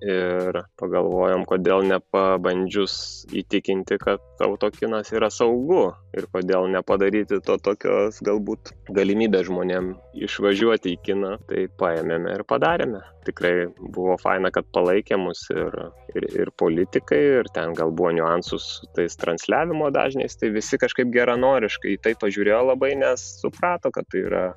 ir pagalvojom kodėl nepabandžius įtikinti kad autokinas yra saugu ir kodėl nepadaryti to tokios galbūt galimybės žmonėm išvažiuoti į kiną tai paėmėme ir padarėme tikrai buvo faina kad palaikė mus ir ir ir politikai ir ten gal buvo niuansų su tais transliavimo dažniais tai visi kažkaip geranoriškai į tai pažiūrėjo labai nes suprato kad tai yra